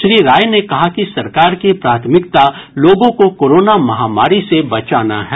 श्री राय ने कहा कि सरकार की प्राथमिकता लोगों को कोरोना महामारी से बचाना है